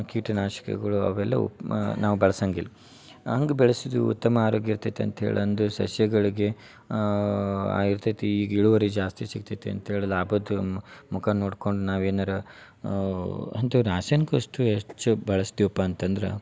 ಕೀಟನಾಶಕಗಳು ಅವೆಲ್ಲ ಉಪ್ಮಾ ನಾವು ಬಳಸಂಗಿಲ್ಲ ಹಂಗೆ ಬೆಳಸಿದ್ವಿ ಉತ್ತಮ ಆರೋಗ್ಯ ಇರ್ತೈತಿ ಅಂತೇಳಿ ಅಂದು ಸಸ್ಯಗಳಿಗೆ ಆಗಿರ್ತೈತಿ ಈಗ ಇಳುವರಿ ಜಾಸ್ತಿ ಸಿಗ್ತೈತಿ ಅಂತೇಳಿ ಲಾಭದ್ದು ಮುಖ ನೋಡ್ಕೊಂಡು ನಾವು ಏನಾರ ಅಂತು ರಾಸಾಯನಿಕ ವಸ್ತು ಹೆಚ್ಚು ಬಳಸ್ತಿವಪ್ಪ ಅಂತಂದ್ರ